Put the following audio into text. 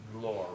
glory